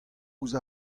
ouzh